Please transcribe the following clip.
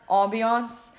ambiance